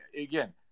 again